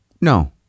no